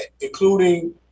including